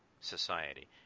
society